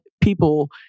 people